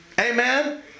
Amen